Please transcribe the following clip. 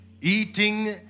eating